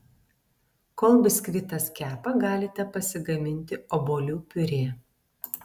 kol biskvitas kepa galite pasigaminti obuolių piurė